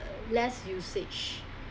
less usage